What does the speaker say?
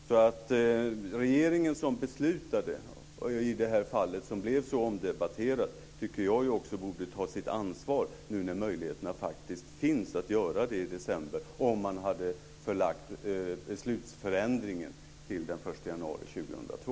Det var regeringen som beslutade i det här fallet som blev så omdebatterat, då tycker jag också att den borde ta sitt ansvar när möjligheterna faktiskt finns att göra det i december om man förlägger beslutförändringen till den 1 januari 2002.